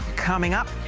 coming up.